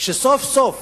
כשסוף-סוף